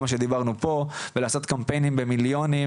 מה שדיברנו פה ולעשות קמפיינים במיליונים,